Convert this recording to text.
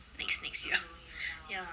next next year ya